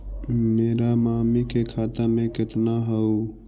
मेरा मामी के खाता में कितना हूउ?